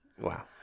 Wow